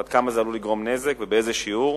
עד כמה זה עלול לגרום נזק ובאיזה שיעור,